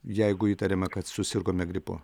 jeigu įtariama kad susirgome gripu